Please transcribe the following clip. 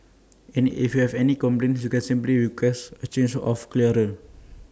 and if you have any complaints you can simply request A change of cleaner